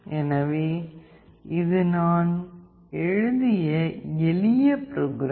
எனவே இது நான் எழுதிய எளிய ப்ரோக்ராம்